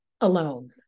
alone